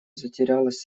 затерялась